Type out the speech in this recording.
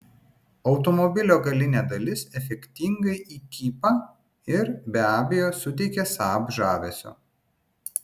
automobilio galinė dalis efektingai įkypa ir be abejo suteikia saab žavesio